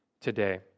today